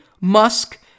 Musk